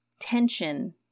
tension